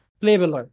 playable